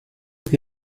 che